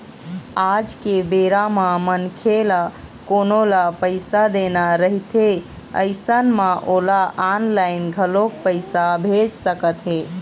आज के बेरा म मनखे ल कोनो ल पइसा देना रहिथे अइसन म ओला ऑनलाइन घलोक पइसा भेज सकत हे